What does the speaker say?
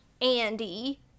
Andy